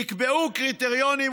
נקבעו קריטריונים.